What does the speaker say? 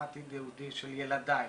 מה העתיד היהודי של ילדיי,